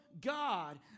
God